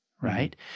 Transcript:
right